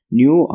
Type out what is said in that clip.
new